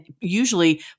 usually